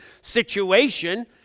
situation